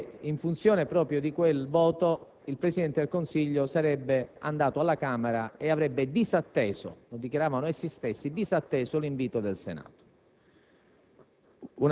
ribadivano che in funzione proprio di quel voto il Presidente del Consiglio sarebbe andato alla Camera e avrebbe disatteso - lo dichiaravano essi stessi - l'invito del Senato.